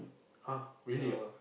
!huh! really ah